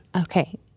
Okay